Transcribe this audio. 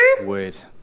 Wait